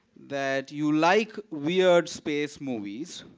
that you like weird space movies,